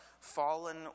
fallen